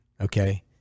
okay